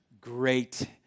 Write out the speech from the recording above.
great